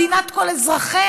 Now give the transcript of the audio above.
מדינת כל אזרחיה.